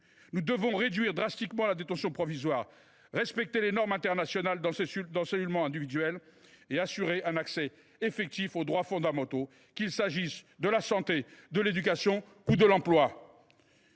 Nous devons réduire drastiquement la détention provisoire, respecter les normes internationales d’encellulement individuel et assurer un accès effectif aux droits fondamentaux, qu’il s’agisse de la santé, de l’éducation ou de l’emploi.